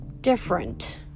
different